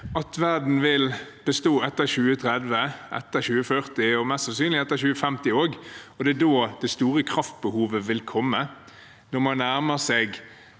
at verden vil bestå etter 2030, etter 2040, og mest sannsynlig etter 2050 også, og det er da det store kraftbehovet vil komme, når man